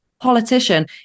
politician